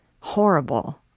Horrible